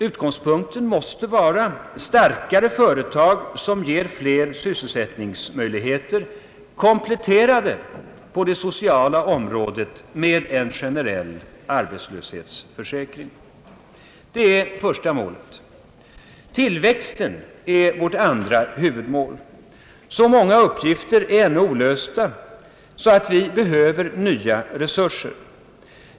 Utgångspunkten måste vara starkare företag som ger fler sysselsättningsmöjligheter, kompletterade på det sociala området med en generell arbetslöshetsförsäkring. Det är första målet. Tillväxten är vårt andra huvudmål. Så många uppgifter är ännu olösta att vi behöver nya resurser.